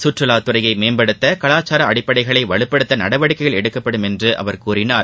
கற்றுலாத்துறையை மேம்படுத்த கவாச்சார அடிப்படைகளை வலுப்படுத்த நடவடிக்கைகள் எடுக்கப்படும் என்று அவர் கூறிணர்